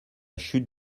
chute